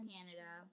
Canada